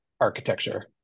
architecture